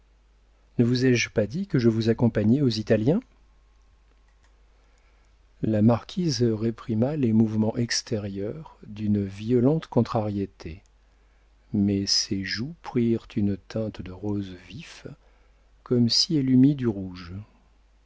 ne vous ai-je pas dit que je vous accompagnais aux italiens la marquise réprima les mouvements extérieurs d'une violente contrariété mais ses joues prirent une teinte de rose vif comme si elle eût mis du rouge